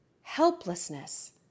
helplessness